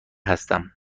هستم